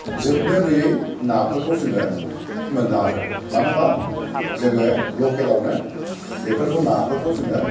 जोबनो गैयै नाफोरखौ जोङो मोननो हागोन मानो होनबा जोङो लकेलावनो बेफोरखौ नाफोरखौ जोङो